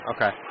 Okay